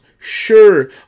sure